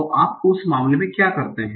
तो आप उस मामले में क्या करते हैं